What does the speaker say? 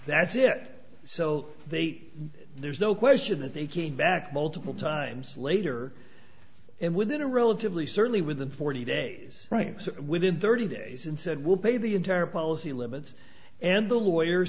that's it so they there's no question that they came back multiple times later and within a relatively certainly within forty days within thirty days and said will be the entire policy limits and the lawyer